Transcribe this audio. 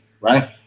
right